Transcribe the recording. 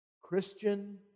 Christian